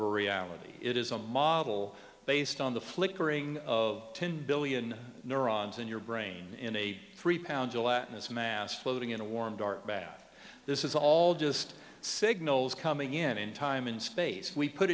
reality it is a model based on the flickering of ten billion neurons in your brain in a three pound gelatinous mass floating in a warm dark back this is all just signals coming in in time in space we put